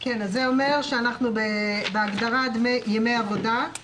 זה אומר שבהגדרה ימי עבודה,